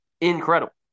incredible